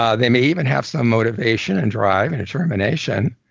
ah they may even have some motivation and drive and determination,